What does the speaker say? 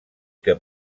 que